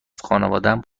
خانوادم